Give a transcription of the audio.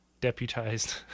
deputized